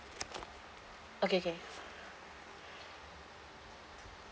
okay okay